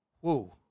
whoa